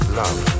love